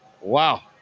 Wow